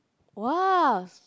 !wow!